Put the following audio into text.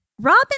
Robin